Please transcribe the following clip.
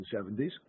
1970s